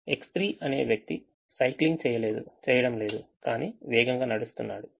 కాబట్టి X3 అనే వ్యక్తి సైక్లింగ్ చేయడం లేదు కానీ వేగంగా నడుస్తున్నాడు